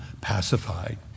pacified